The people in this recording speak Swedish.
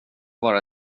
bara